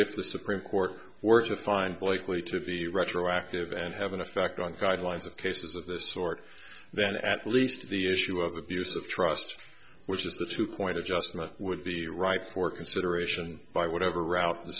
if the supreme court were to find likely to be retroactive and have an effect on the guidelines of cases of this sort then at least the issue of abuse of trust which is the two point adjustment would be ripe for consideration by whatever